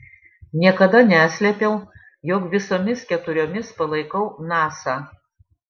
niekada neslėpiau jog visomis keturiomis palaikau nasa